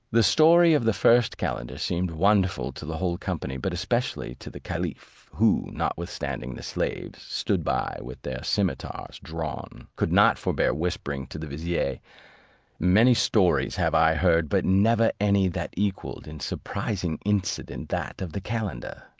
the story of the first calender seemed wonderful to the whole company, but especially to the caliph, who, notwithstanding the slaves stood by with their cimeters drawn, could not forbear whispering to the vizier many stories have i heard, but never any that equalled in surprising incident that of the calender.